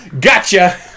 gotcha